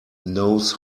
knows